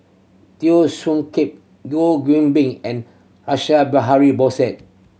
Teo Soon Kim Goh Bin and Russia Behari